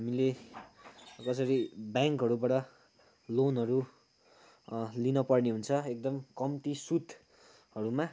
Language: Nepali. हामीले कसरी बयाङ्कहरूबाट लोनहरू लिन पर्ने हुन्छ एकदम कम्ती सुदहरूमा